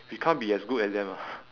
we can't be as good as them ah